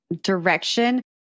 direction